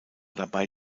dabei